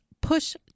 push